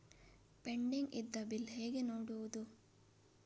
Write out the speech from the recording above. Pending ಇದ್ದ bill ಹೇಗೆ ನೋಡುವುದು?